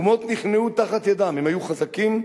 אומות נכנעו תחת ידם, הם היו חזקים.